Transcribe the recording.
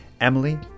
Emily